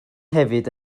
hefyd